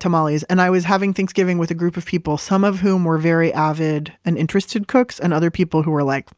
tamales. and i was having thanksgiving with a group of people, some of whom were very avid and interested cooks, and other people who were like,